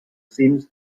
seems